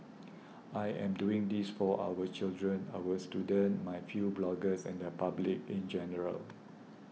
I am doing this for our children our students my few bloggers and the public in general